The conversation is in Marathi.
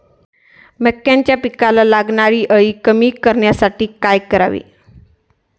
मक्याच्या पिकाला लागणारी अळी कमी करण्यासाठी काय करावे?